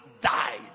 died